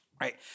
right